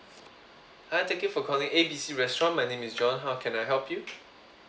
hi thank you for calling A B C restaurant my name is john how can I help you